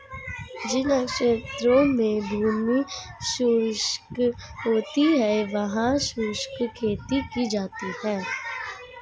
जिन क्षेत्रों में भूमि शुष्क होती है वहां शुष्क खेती की जाती है